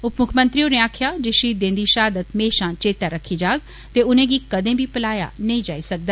उपमुक्खमंत्री होरे आक्खेआ जे शहीदें दी शहादत म्हेशा चेत्ता कीती जाग ते उनेंगी कदें बी भुलाया नेईं जाई सकदा